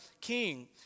king